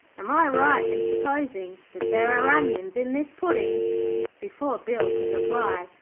am i right in supposing that there are onions in this pudding before bill could reply,